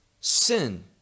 Sin